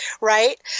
Right